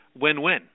win-win